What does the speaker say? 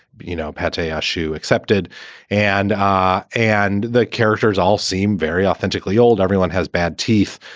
you know, patty ashu accepted and ah and the characters all seem very authentically old. everyone has bad teeth.